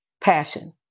passion